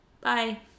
bye